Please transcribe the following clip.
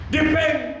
Depend